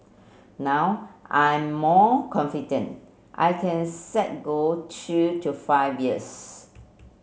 now I'm more confident I can set goal two to five years